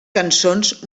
cançons